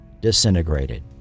disintegrated